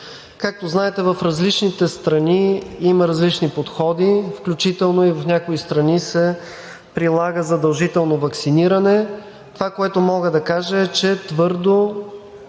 Както знаете, в различните страни има различни подходи, включително и в някои страни се прилага задължително ваксиниране. Това, което мога да кажа, е, че твърдо